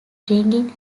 bringing